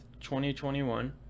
2021